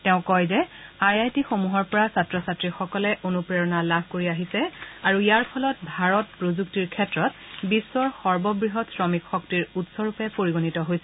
তেওঁ কয় যে আই আই টিসমূহৰ পৰা ছাত্ৰ ছাত্ৰীসকলে অনুপ্ৰেৰণা লাভ কৰি আহিছে আৰু ইয়াৰ ফলত ভাৰত প্ৰযুক্তিৰ ক্ষেত্ৰত বিশ্বৰ সৰ্ববৃহৎ শ্ৰমিক শক্তিৰ উৎসৰূপে পৰিগণিত হৈছে